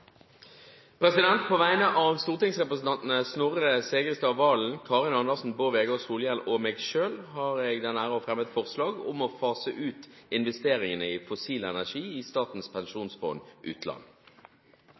representantforslag. På vegne av stortingsrepresentantene Snorre Serigstad Valen, Karin Andersen, Bård Vegar Solhjell og meg selv har jeg æren av å fremme et forslag om å fase ut investeringene i fossil energi i Statens